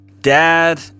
dad